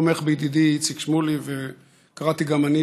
תומך בידידי איציק שמולי, וקראתי גם אני